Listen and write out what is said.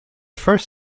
first